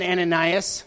Ananias